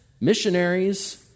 missionaries